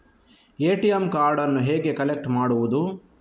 ATM ಕಾರ್ಡನ್ನು ಹೇಗೆ collect ಮಾಡುವುದು?